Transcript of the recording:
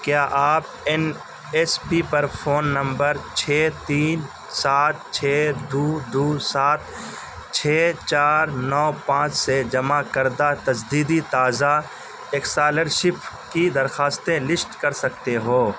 کیا آپ N S P پر فون نمبر چھ تین سات چھ دو دو سات چھ چار نو پانچ سے جمع کردہ تزدیدی تازہ ایکسالرشپ کی درخواستیں لشٹ کر سکتے ہو